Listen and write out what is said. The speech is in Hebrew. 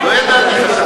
לא ידעתי.